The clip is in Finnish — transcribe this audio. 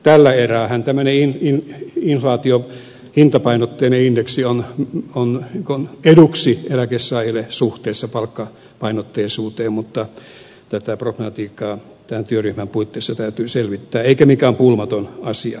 tällä eräähän tämmöinen hintapainotteinen indeksi on eduksi eläkkeensaajille suhteessa palkkapainotteisuuteen mutta tätä problematiikkaa tämän työryhmän puitteissa täytyy selvittää eikä se mikään pulmaton asia ole